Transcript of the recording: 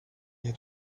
had